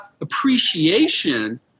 appreciation